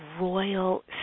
royal